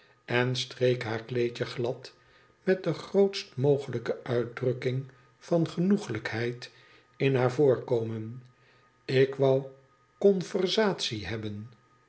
en streek haar kleedje glad met de grootst mogelijke uitdrukking van geqoeglijkheid in haar voorkomen ik wou conversatie hebben